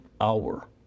hour